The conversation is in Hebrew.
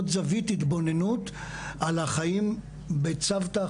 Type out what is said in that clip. עוד זווית התבוננות על החיים בצוותא,